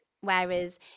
whereas